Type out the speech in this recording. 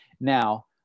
now